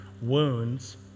wounds